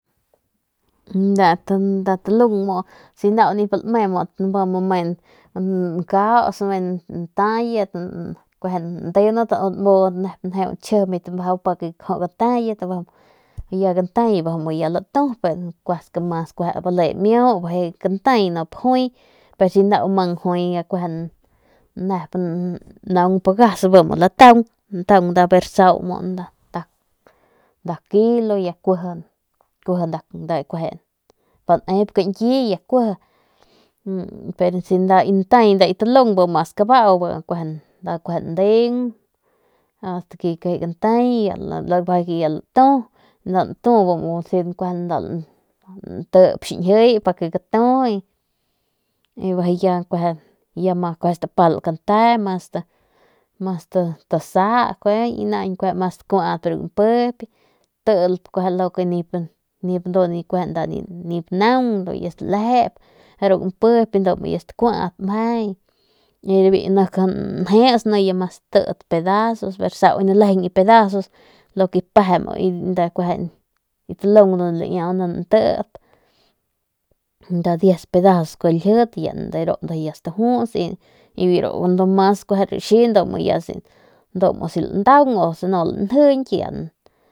Nda talung ni mu si nda nip lami bi mu lame nkaus me ntayit ndeunat nmudat nep chjijiñbat nep juay gantayat y ya gantai be ya nda ltu kuaskat mas bali miau ntay nop jui pe si nda jui mang naung mu pagas jui mu nda lantaung ever ksau mang nda nda kilo ya kuiji kueje para nda nep kañki ya kuiji pa ntai nda ki talung bi mas kabau nda lame ndeung ast ke gantay bijiy ya nda latu nda latu kueje bi mu kueje nda lantip xiñjiy pa ke gatu ya nda ma stapal kante ma stasa stakuap ru gampiyp y statilp ru nduk kueje nda nip naung bi ya nda stalejep ru gampiyp meje biu nik njeus ya ma statit pedazos ksau nalejeng ki pedazos lo ke nalejeng mu biu ki talung ni laiau nda ntit nda 10 pedazos sku laljit de ru ndujuy nda stajust de ru ndujuy y ru raxi ndu si landaung u lanjiñk.